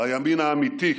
לימין האמיתי,